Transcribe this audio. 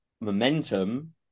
momentum